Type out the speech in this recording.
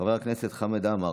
חבר הכנסת חמד עמאר,